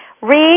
Read